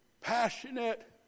passionate